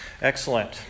excellent